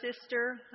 sister